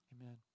amen